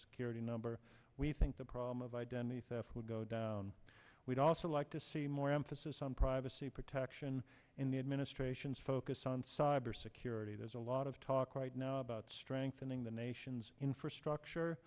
security number we think the problem of identity theft would go down we'd also like to see more emphasis on privacy protection in the administration's focus on cyber security there's a lot of talk right now about strengthening the nation's infrastructure